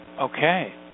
Okay